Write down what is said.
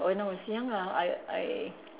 when I was young ah I I